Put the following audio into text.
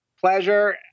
pleasure